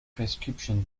prescription